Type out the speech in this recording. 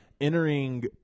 entering